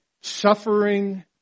Suffering